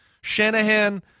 Shanahan